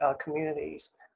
communities